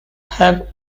have